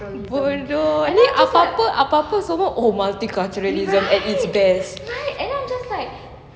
bodoh apa-apa apa-apa sebab oh multiculturalism at its best